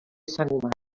sang